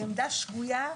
היא עמדה שגויה.